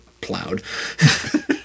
plowed